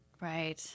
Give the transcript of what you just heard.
right